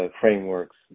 frameworks